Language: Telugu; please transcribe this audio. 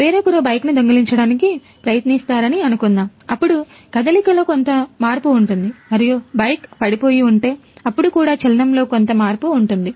వేరొకరు బైక్ను దొంగిలించడానికి ప్రయత్నిస్తారని అనుకుందాం అప్పుడు కదలికలో కొంత మార్పు ఉంటుంది మరియు బైక్ పడిపోయి ఉంటే అప్పుడు కూడా చలనంలో కొంత మార్పు ఉంటుంది